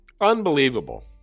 Unbelievable